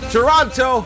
Toronto